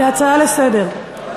להצעה לסדר-היום